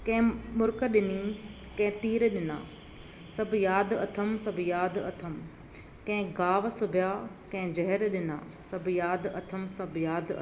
कंहिं मुर्क ॾिनी कंहिं तीर ॾिना सभु यादि अथमि सभु यादि अथमि कंहिं घाव सिबिया कंहिं जहरु ॾिना सभु यादि अथमि सभु यादि अथमि